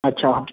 अच्छा